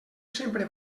sempre